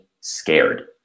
scared